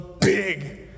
big